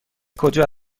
کجا